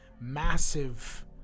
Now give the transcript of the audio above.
massive